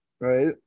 Right